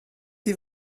die